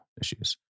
issues